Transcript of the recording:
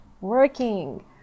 working